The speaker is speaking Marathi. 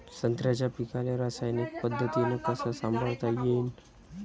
संत्र्याच्या पीकाले रासायनिक पद्धतीनं कस संभाळता येईन?